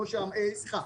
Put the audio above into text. סליחה,